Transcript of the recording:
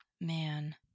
man